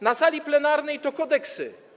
Na sali plenarnej to kodeksy.